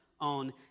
on